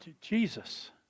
Jesus